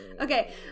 Okay